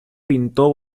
pintó